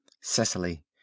Cecily